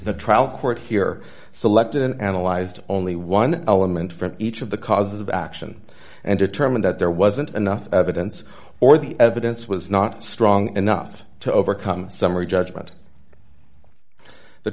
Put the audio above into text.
the trial court here selected and analyzed only one element from each of the causes of action and determined that there wasn't enough evidence or the evidence was not strong enough to overcome summary